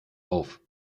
auf